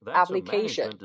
application